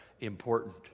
Important